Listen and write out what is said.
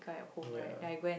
ya